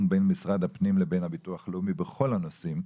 בין משרד הפנים לבין הביטוח הלאומי בכל הנושאים,